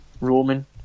Roman